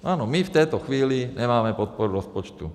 Ano, my v této chvíli nemáme podporu rozpočtu.